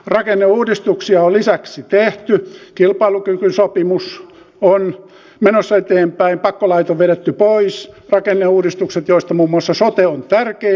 rakenneuudistuksia on lisäksi tehty kilpailukykysopimus on menossa eteenpäin pakkolait on vedetty pois rakenneuudistukset joista muun muassa sote on tärkein ovat etenemässä